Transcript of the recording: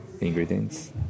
ingredients